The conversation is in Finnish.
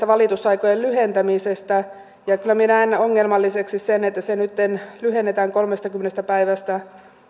valitusaikojen lyhentämisestä ja kyllä minä näen ongelmalliseksi sen että se nytten lyhennetään kolmestakymmenestä päivästä